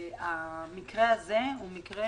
שהמקרה הזה הוא מקרה